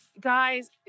guys